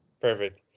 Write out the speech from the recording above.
perfect